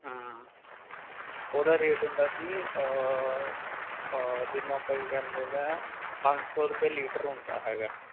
ਉਹਦਾ ਰੇਟ ਹੁੰਦਾ ਜੀ ਜਿਹਨੂੰ ਆਪਾਂ ਕੀ ਕਹਿੰਦੇ ਨੇ ਪੰਜ ਸੌ ਰੁਪਏ ਲੀਟਰ ਹੁੰਦਾ ਹੈਗਾ